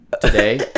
today